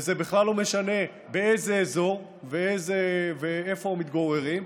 וזה בכלל לא משנה באיזה אזור ואיפה מתגוררים.